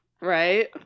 Right